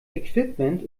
equipment